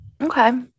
Okay